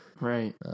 Right